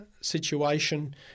situation